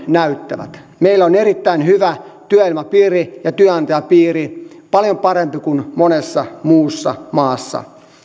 näyttävät meillä on erittäin hyvä työilmapiiri ja työnantajapiiri paljon parempi kuin monessa muussa maassa